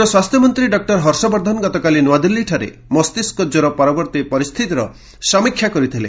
କେନ୍ଦ୍ର ସ୍ୱାସ୍ଥ୍ୟମନ୍ତ୍ରୀ ଡକୁର ହର୍ଷବର୍ଦ୍ଧନ ଗତକାଲି ନ୍ତଆଦିଲ୍ଲୀଠାରେ ଏହି ମସ୍ତିଷ୍କ କ୍ୱର ପରବର୍ତ୍ତୀ ପରିସ୍ଥିତିର ସମୀକ୍ଷା କରିଥିଲେ